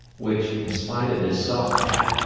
which, in spite of his soft hat,